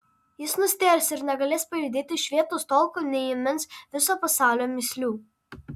jis nustėrs ir negalės pajudėti iš vietos tol kol neįmins viso pasaulio mįslių